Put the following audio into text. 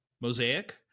Mosaic